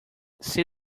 see